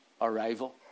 arrival